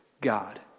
God